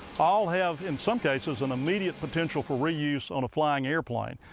all have in some cases an immediate potential for reuse on a flying airplane.